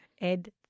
Ed